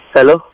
Hello